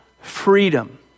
freedom